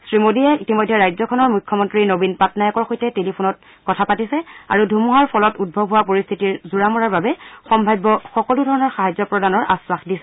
শ্ৰী মোডীয়ে ইতিমধ্যে ৰাজ্যখনৰ মুখ্যমন্ত্ৰী নবীন পাটনায়কৰ সৈতে টেলিফোনত কথা হৈছে আৰু ধুমুহাৰ ফলত উদ্ভাৱ হোৱা পৰিস্থিতি জোৰা মৰাৰ বাবে সম্ভাব্য সকলো ধৰণৰ সাহায্য প্ৰদানৰ আখাস দিছে